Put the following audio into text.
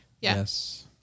Yes